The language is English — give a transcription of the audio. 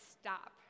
stop